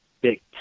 big